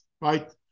right